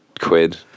quid